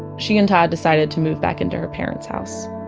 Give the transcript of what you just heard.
she and todd decided to move back into her parents house